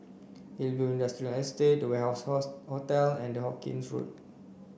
Hillview Industrial to Warehouse Hotel and Hawkinge Road